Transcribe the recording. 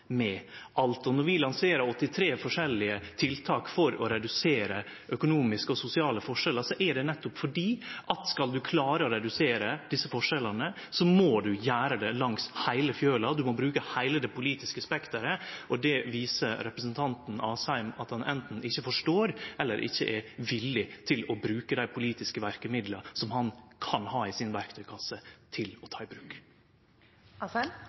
med alt. Når vi lanserer 83 forskjellige tiltak for å redusere økonomiske og sosiale forskjellar, er det nettopp fordi at skal ein klare å redusere desse forskjellane, må ein gjere det langs heile fjøla, ein må bruke heile det politiske spekteret. Det viser representanten Asheim at han enten ikkje forstår, eller at han ikkje er villig til å bruke dei politiske verkemidla som han kan ha i verktøykassa si til å ta i bruk.